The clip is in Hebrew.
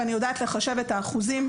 אני יודעת לחשב את האחוזים.